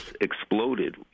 exploded